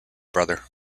brother